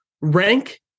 Rank